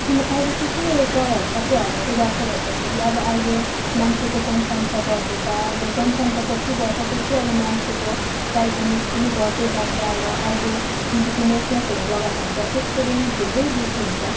किन अहिले चाहिँ किन यो चराहरू सबै हराउँदै गएको भन्दाखेरि अब अहिले मान्छेको जनसङ्ख्या बढ्दैछ र जनसङ्ख्या जति बढ्छ त्यत्ति अब मान्छेको चाहिँदो निड पनि बढ्दै जान्छ र अहिले जुन चाहिँ त्यो नेटवर्कहरू लगाएको हुन्छ त्यसको रेन्ज धेरै बेसी हुन्छ